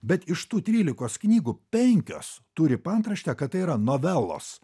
bet iš tų trylikos knygų penkios turi paantraštę kad tai yra novelos